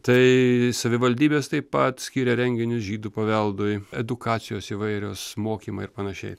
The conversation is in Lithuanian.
tai savivaldybės taip pat skyrė renginius žydų paveldui edukacijos įvairios mokymai ir panašiai